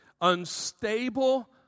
Unstable